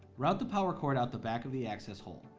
route the power cord out the back of the access hole.